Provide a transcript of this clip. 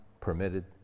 permitted